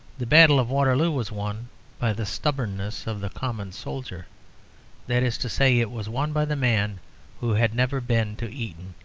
the battle of waterloo was won by the stubbornness of the common soldier that is to say, it was won by the man who had never been to eton.